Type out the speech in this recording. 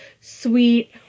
sweet